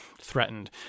threatened